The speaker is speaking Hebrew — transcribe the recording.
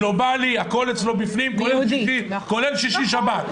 גלובלי הכול אצלו בפנים, כולל שישי-שבת.